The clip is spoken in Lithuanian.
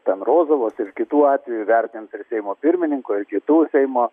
ten rozovos ir kitų atvejų vertint ir seimo pirmininko ir kitų seimo